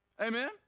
Amen